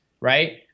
right